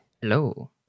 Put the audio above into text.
Hello